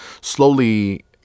slowly